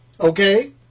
okay